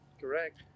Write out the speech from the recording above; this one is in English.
Correct